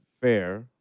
fair